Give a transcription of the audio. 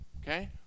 Okay